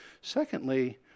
Secondly